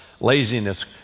laziness